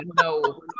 no